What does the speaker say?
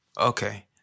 Okay